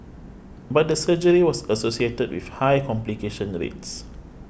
but the surgery was associated with high complication rates